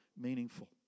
meaningful